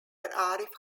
arif